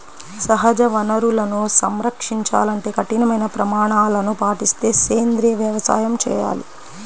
సహజ వనరులను సంరక్షించాలంటే కఠినమైన ప్రమాణాలను పాటిస్తూ సేంద్రీయ వ్యవసాయం చేయాలి